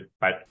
Bye